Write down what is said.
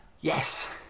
Yes